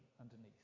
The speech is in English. underneath